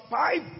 five